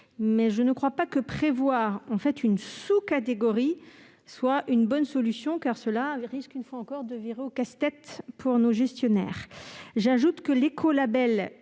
je ne crois pas que prévoir une sous-catégorie soit une bonne solution : cela risque, une fois encore, de virer au casse-tête pour nos gestionnaires. J'ajoute que l'écolabel